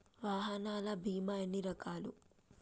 వాహనాల బీమా ఎన్ని రకాలు?